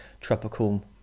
Tropical